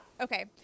okay